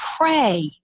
pray